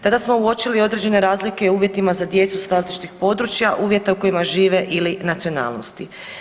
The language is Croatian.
Tada smo uočili određene razlike u uvjetima za djecu sa različitih područja, uvjeta u kojima žive ili nacionalnosti.